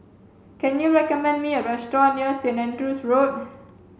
can you recommend me a restaurant near Saint Andrew's Road